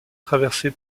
traversée